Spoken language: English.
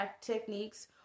techniques